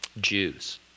Jews